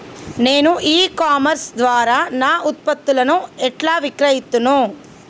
నేను e commerce ద్వారా నా ఉత్పత్తులను ఎట్లా విక్రయిత్తను?